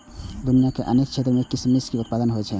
दुनिया के अनेक क्षेत्र मे किशमिश के उत्पादन होइ छै